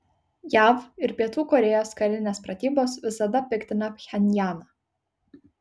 jav ir pietų korėjos karinės pratybos visada piktina pchenjaną